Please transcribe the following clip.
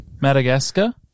Madagascar